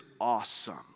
awesome